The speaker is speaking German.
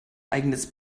eigenes